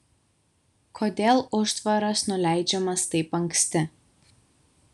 kodėl užtvaras nuleidžiamas taip anksti